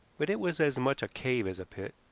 but it was as much a cave as a pit,